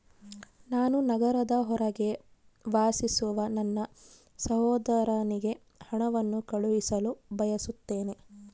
ನಾನು ನಗರದ ಹೊರಗೆ ವಾಸಿಸುವ ನನ್ನ ಸಹೋದರನಿಗೆ ಹಣವನ್ನು ಕಳುಹಿಸಲು ಬಯಸುತ್ತೇನೆ